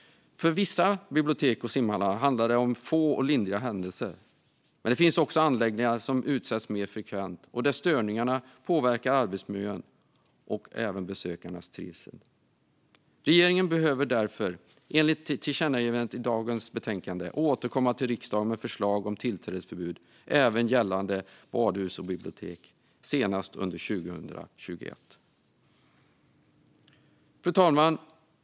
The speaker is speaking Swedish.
För vissa bibliotek och simhallar handlar det om få och lindriga händelser. Men det finns också anläggningar som utsätts mer frekvent och där störningarna påverkar arbetsmiljön och även besökarnas trivsel. Regeringen bör därför enligt det tillkännagivande som föreslås i dagens betänkande återkomma till riksdagen med förslag om tillträdesförbud även gällande badhus och bibliotek senast under 2021. Fru talman!